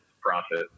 profit